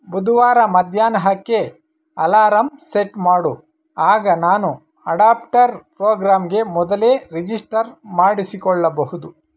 ಬುಧವಾರ ಮಧ್ಯಾಹ್ನಕ್ಕೆ alarm set ಮಾಡು ಆಗ ನಾನು ಅಡಾಪ್ಟರ್ ಪ್ರೋಗ್ರಾಮ್ಗೆ ಮೊದಲೇ ರಿಜಿಸ್ಟರ್ ಮಾಡಿಸಿಕೊಳ್ಳಬಹುದು